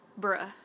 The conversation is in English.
bruh